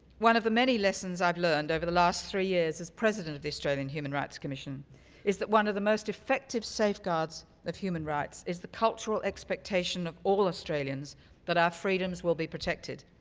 one of the many lessons i've learned over the last three years as president of the australian human rights commission is that one of the most effective safeguards of human rights is the cultural expectation of all australians that our freedoms will be protected.